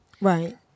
Right